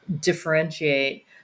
differentiate